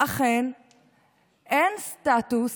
אכן אין סטטוס